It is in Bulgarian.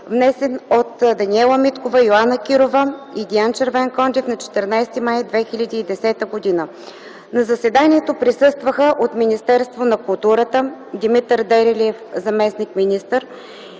внесен от Даниела Миткова, Йоана Кирова и Диан Червенкондев на 14 май 2010г. На заседанието присъстваха: от Министерството на културата – Димитър Дерелиев, заместник-министър,